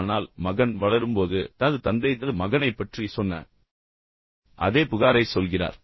ஆனால் மகன் வளரும்போது தனது தந்தை தனது மகனைப் பற்றி சொன்ன அதே புகாரைச் சொல்கிறார்